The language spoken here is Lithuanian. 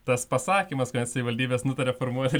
tas pasakymas kad savivaldybės nutarė formuoti